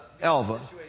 Elva